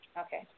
Okay